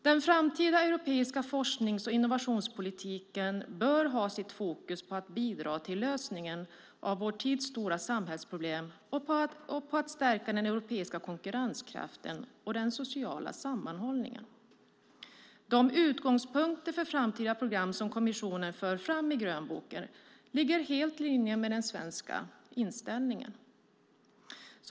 Den framtida europeiska forsknings och innovationspolitiken bör ha sitt fokus på att bidra till lösningen av vår tids stora samhällsproblem och på att stärka den europeiska konkurrenskraften och den sociala sammanhållningen. De utgångspunkter för framtida program som kommissionen för fram i grönboken ligger helt i linje med den svenska inställningen.